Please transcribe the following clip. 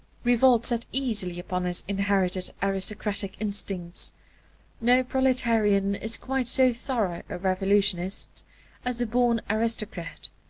revolt sat easily upon his inherited aristocratic instincts no proletarian is quite so thorough a revolutionist as the born aristocrat,